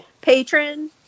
patron